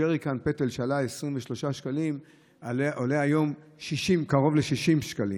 ג'ריקן פטל שעלה 23 שקלים עולה היום קרוב ל-60 שקלים,